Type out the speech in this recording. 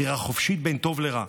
בחירה חופשית בין טוב לרע,